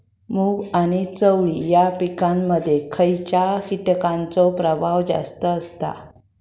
मूग आणि चवळी या पिकांमध्ये खैयच्या कीटकांचो प्रभाव जास्त असता?